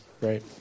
Right